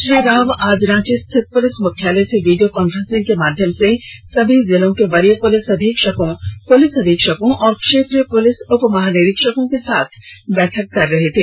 श्री राव आज रांची स्थित पुलिस मुख्यालय से वीडियो कांफ्रेसिंग के माध्यम से सभी जिलों के वरीय पुलिस अधीक्षकों पुलिस अधीक्षकों और क्षेत्रीय पुलिस उपमहानिरीक्षकों के साथ बैठक कर रहे थे